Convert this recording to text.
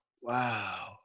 wow